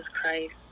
Christ